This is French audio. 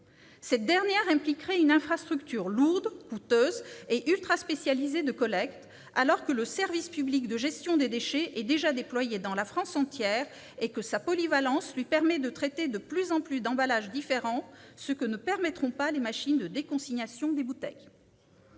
Cette dernière impliquerait une infrastructure lourde, coûteuse et ultraspécialisée de collecte, alors que le service public de gestion des déchets est déjà déployé dans la France entière et que sa polyvalence lui permet de traiter de plus en plus d'emballages différents, ce que ne permettront pas les machines de déconsignation des bouteilles.